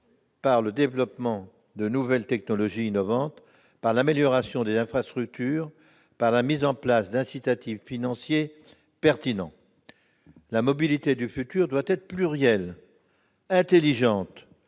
par le développement de nouvelles technologies innovantes, par l'amélioration des infrastructures, par la mise en place d'incitatifs financiers pertinents. La mobilité du futur doit être plurielle, intelligente